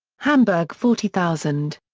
hamburg forty thousand.